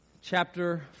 Chapter